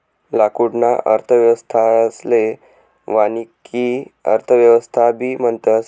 लाकूडना अर्थव्यवस्थाले वानिकी अर्थव्यवस्थाबी म्हणतस